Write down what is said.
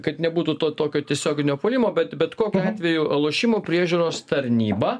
kad nebūtų to tokio tiesioginio puolimo bet bet kokiu atveju lošimų priežiūros tarnyba